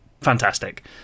fantastic